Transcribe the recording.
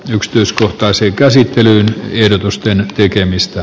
yksityiskohtaisen käsittelyn ehdotusten tekemistä